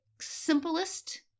simplest